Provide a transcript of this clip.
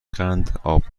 قنداب